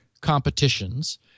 competitions